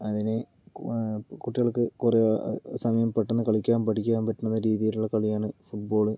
അതിന് കുട്ടികൾക്ക് കുറേ സമയം പെട്ടന്ന് കളിക്കാൻ പഠിക്കാൻ പറ്റുന്ന രീതിയിൽ ഉള്ള കളിയാണ് ഫുട്ബോള്